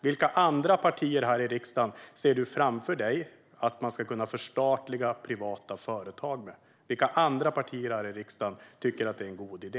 Vilka andra partier här i riksdagen ser du framför dig att ni ska kunna förstatliga privata företag tillsammans med, Hamza Demir? Vilka andra partier här i riksdagen tycker att det är en god idé?